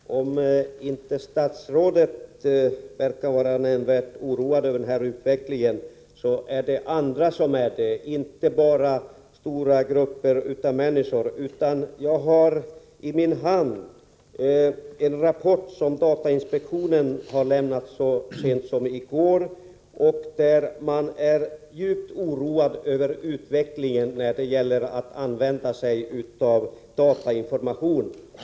Herr talman! Om inte statsrådet är nämnvärt oroad över utvecklingen, är det andra som är det. Det gäller inte bara stora grupper av människor, utan jag har också i min hand en rapport som datainspektionen avlämnade så sent som i går, där man säger att man är djupt oroad över utvecklingen när det gäller att använda sig av datainformation.